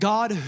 God